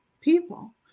people